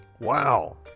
Wow